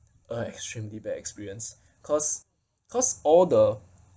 uh extremely bad experience cause cause all the